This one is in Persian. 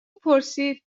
پرسیدچرا